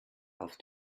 auf